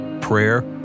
prayer